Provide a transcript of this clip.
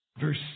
Verse